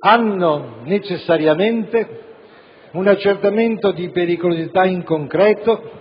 hanno necessariamente un accertamento di pericolosità in concreto,